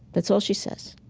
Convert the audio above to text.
that's all she says.